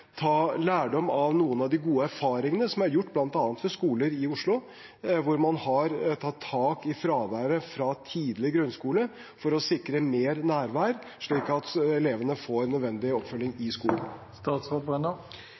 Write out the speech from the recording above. ta lærdom av noen av de gode erfaringene som er gjort, bl.a. ved skoler i Oslo, hvor man har tatt tak i fraværet fra tidlig i grunnskolen av for å sikre mer nærvær, slik at elevene får nødvendig oppfølging